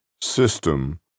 system